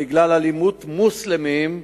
בגלל אלימות מוסלמים,